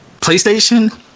playstation